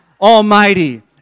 Almighty